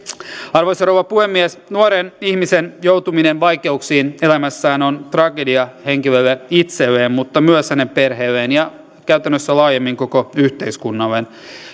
arvoisa rouva puhemies nuoren ihmisen joutuminen vaikeuksiin elämässään on tragedia henkilölle itselleen mutta myös hänen perheelleen ja käytännössä laajemmin koko yhteiskunnalle